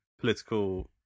political